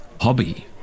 hobby